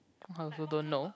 I also don't know